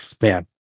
man